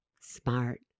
smart